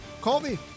Colby